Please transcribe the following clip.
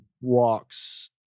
walks